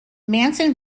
manson